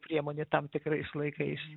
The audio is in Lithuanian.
priemonė tam tikrais laikais